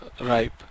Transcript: ripe